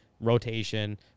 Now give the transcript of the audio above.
rotation